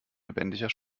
lebendiger